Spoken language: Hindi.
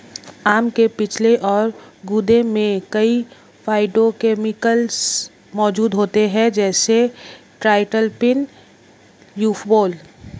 आम के छिलके और गूदे में कई फाइटोकेमिकल्स मौजूद होते हैं, जैसे ट्राइटरपीन, ल्यूपोल